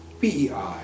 PEI